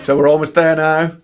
so we're almost there now.